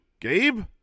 Gabe